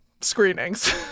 screenings